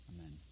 Amen